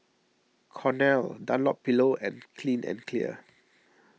Cornell Dunlopillo and Clean and Clear